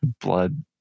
blood